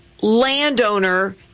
landowner